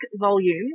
volume